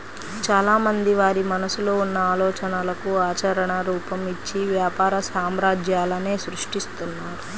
చాలామంది వారి మనసులో ఉన్న ఆలోచనలకు ఆచరణ రూపం, ఇచ్చి వ్యాపార సామ్రాజ్యాలనే సృష్టిస్తున్నారు